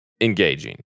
engaging